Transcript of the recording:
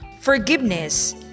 Forgiveness